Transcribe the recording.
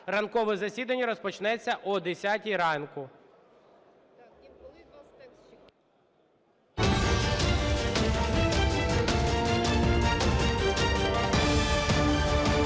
ранкове засідання розпочнеться о 10 ранку.